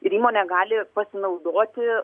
ir įmonė gali pasinaudoti